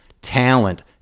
talent